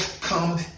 come